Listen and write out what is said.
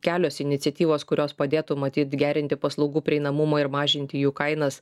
kelios iniciatyvos kurios padėtų matyt gerinti paslaugų prieinamumą ir mažinti jų kainas